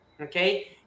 okay